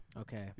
Okay